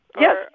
Yes